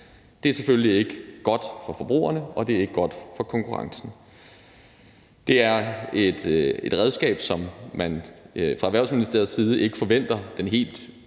Det er selvfølgelig ikke godt for forbrugerne, og det er ikke godt for konkurrencen. Det er et redskab, som man fra Erhvervsministeriets side ikke forventer den helt